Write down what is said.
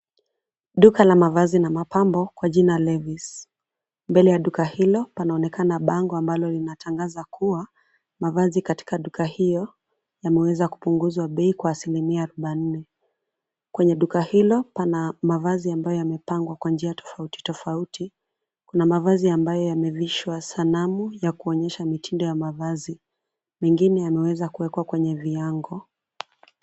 Duka la mavazi na mapambo kwa jina levis . Mbele ya duka hilo, panaonekana bango ambalo linatangaza kuwa mavazi katika duka hiyo yameweza kupunguza bei kwa asilimia arubaini. Kwenye duka hilo pana mavazi ambayo yamepangwa kwa njia tofauti tofauti. Kuna mavazi ambayo yamevishwa sanamu ya kuonyesha mitindo ya mavazi, mengine yameweza kuwekwa kwenye viwango.